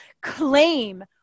claim